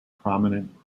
prominent